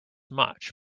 much